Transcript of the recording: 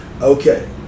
Okay